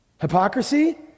Hypocrisy